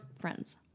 friends